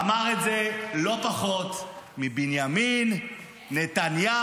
אמר את זה לא פחות מבנימין נתניהו,